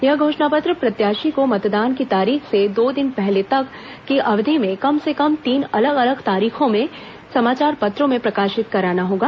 यह घोषणा पत्र प्रत्याशी को मतदान की तारीख से दो दिन पहले तक की अवधि में कम से कम तीन अलग अलग तारीखों में समाचार पत्रों में प्रकाशित कराना होगा